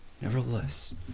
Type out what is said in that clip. Nevertheless